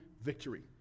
victory